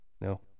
no